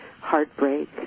heartbreak